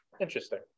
Interesting